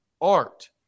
art